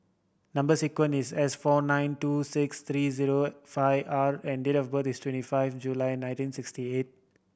number sequence is S four nine two six three zero five R and date of birth is twenty five July nineteen sixty eight